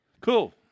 Cool